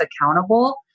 accountable